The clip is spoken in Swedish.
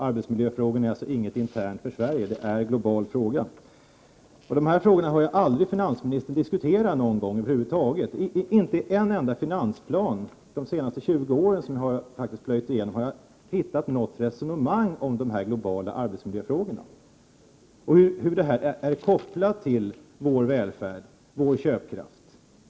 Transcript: Arbetsmiljöfrågorna är alltså inte en intern angelägenhet för Sverige utan en global angelägenhet. Finansministern har över huvud taget inte någon gång diskuterat de här frågorna. Jag har faktiskt plöjt igenom finansplanerna för de senaste 20 åren men inte hittat något resonemang om de globala arbetsmiljöfrågorna och deras koppling till vår välfärd och köpkraft.